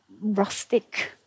rustic